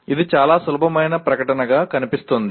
ఇది చాలా సులభమైన ప్రకటనగా కనిపిస్తుంది